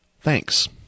Thanks